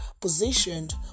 positioned